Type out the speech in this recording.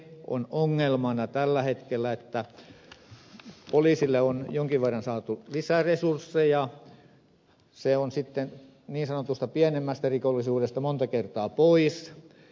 se on ongelmana tällä hetkellä että poliisille on jonkin verran saatu lisäresursseja mutta se on sitten niin sanotusta pienemmästä rikollisuudesta monta kertaa pois